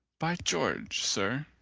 by george, sir,